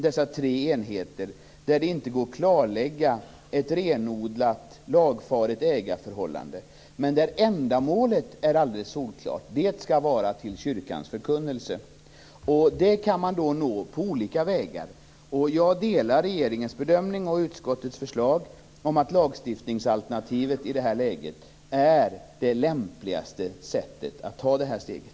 Det går inte att där klarlägga ett renodlat lagfaret ägarförhållande, men ändamålet är alldeles solklart. Det skall vara till kyrkans förkunnelse. Det kan man nå på olika vägar. Jag delar regeringens bedömning och utskottets förslag om att lagstiftningsalternativet i det här läget är det lämpligaste sättet att ta det här steget.